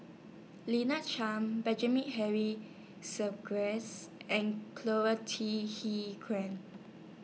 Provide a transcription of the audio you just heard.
Lina Chiam Benjamin Henry and Quan